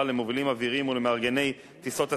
למובילים אוויריים ולמארגני טיסות השכר,